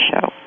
show